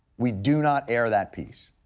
we do not air that piece.